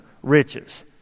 riches